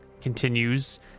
continues